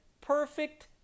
perfect